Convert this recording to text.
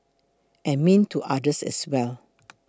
and mean to others as well